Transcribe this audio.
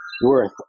worth